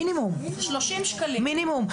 מינימום 30 שקלים.